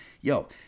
yo